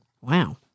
Wow